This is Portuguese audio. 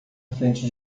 frente